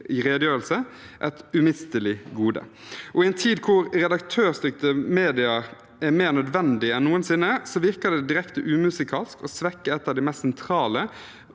sin redegjørelse, et umistelig gode. Og i en tid hvor redaktørstyrte medier er mer nødvendige enn noensinne, virker det direkte umusikalsk å svekke et av de mest sentrale